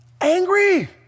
angry